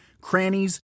crannies